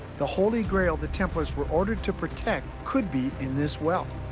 the holy grail the templars were ordered to protect could be in this well.